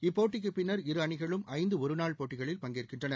இப்போட்டிக்கு பின்னர் இரு அணிகளும் ஐந்து ஒரு நாள் போட்டிகளில் பங்கேற்கின்றனர்